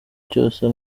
cyose